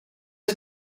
are